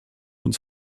uns